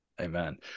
Amen